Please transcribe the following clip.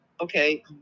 okay